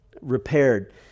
repaired